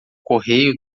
correio